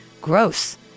Gross